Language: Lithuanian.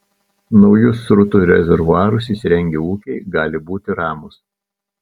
naujus srutų rezervuarus įsirengę ūkiai gali būti ramūs